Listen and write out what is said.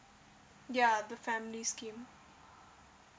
ya the family scheme